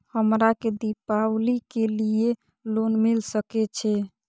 हमरा के दीपावली के लीऐ लोन मिल सके छे?